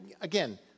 again